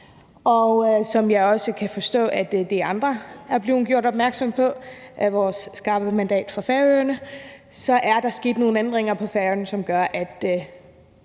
Som jeg også kan forstå af det, andre er blevet gjort opmærksom på af vores skarpe mandat fra Færøerne, så er der sket nogle ændringer på Færøerne, som gør, at